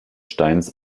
steins